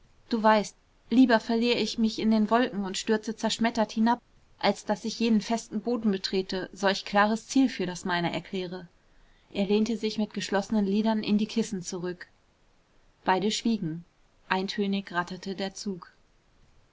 du weißt lieber verlier ich mich in den wolken und stürze zerschmettert hinab als daß ich jenen festen boden betrete solch klares ziel für das meine erkläre er lehnte sich mit geschlossenen lidern in die kissen zurück beide schwiegen eintönig ratterte der zug